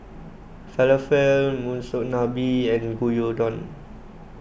Falafel Monsunabe and Gyudon